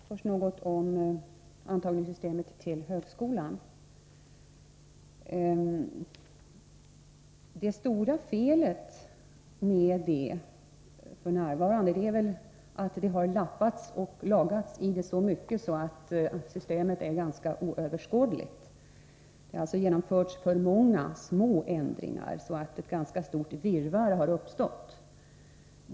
Herr talman! Först något om systemet för antagning till högskolan. Det stora felet med det f. n. är väl att det har lappats och lagats i det så mycket att systemet är ganska oöverskådligt. Det har alltså genomförts för många små ändringar, så att ett ganska stort virrvar har uppstått.